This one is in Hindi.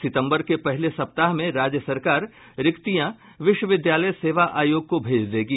सितम्बर के पहले सप्ताह में राज्य सरकार रिक्तियां विश्वविद्यालय सेवा आयोग को भेज देगी